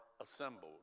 assembled